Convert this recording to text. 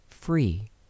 free